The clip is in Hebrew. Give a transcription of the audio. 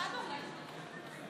כשירות המאמץ),